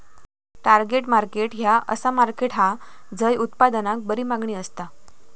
target market ह्या असा market हा झय उत्पादनाक बरी मागणी असता